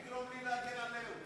אל תגרום לי להגן על אהוד.